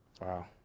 Wow